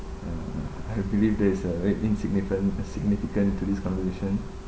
mm I believe that is uh eh insignificant uh significant to this conversation